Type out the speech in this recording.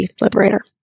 liberator